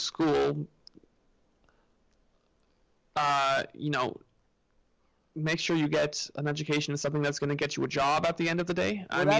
school you know make sure you get an education is something that's going to get you a job at the end of the day and